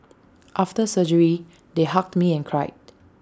after surgery they hugged me and cried